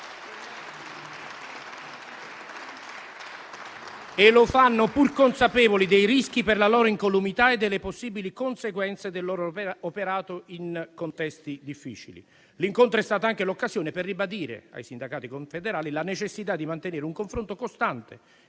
E lo fanno pur consapevoli dei rischi per la loro incolumità e delle possibili conseguenze del loro operato in contesti difficili. L'incontro è stata anche l'occasione per ribadire ai sindacati confederali la necessità di mantenere un confronto costante